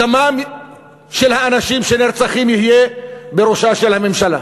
דמם של האנשים שנרצחים יהיה בראשה של הממשלה.